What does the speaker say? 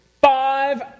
five